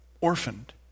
orphaned